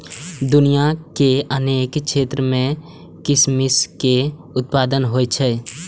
दुनिया के अनेक क्षेत्र मे किशमिश के उत्पादन होइ छै